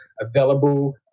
available